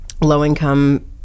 low-income